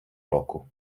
року